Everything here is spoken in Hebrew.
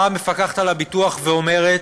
באה המפקחת על הביטוח ואומרת: